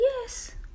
Yes